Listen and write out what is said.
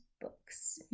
books